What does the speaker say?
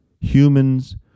Humans